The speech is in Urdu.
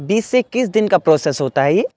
بیس سے اکیس دن کا پروسیس ہوتا ہے یہ